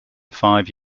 five